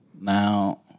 Now